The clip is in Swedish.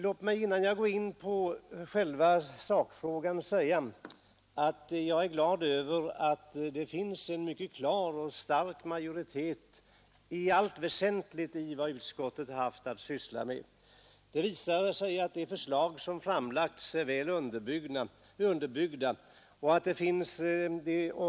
Låt mig innan jag går in på själva sakfrågan säga att jag är glad över att det finns en mycket klar och stark majoritet i allt väsentligt som utskottet här haft att syssla med. Det har visat sig att det förslag som framlagts är väl underbyggt.